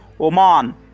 Oman